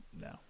No